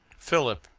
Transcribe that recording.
philip,